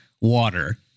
water